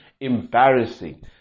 embarrassing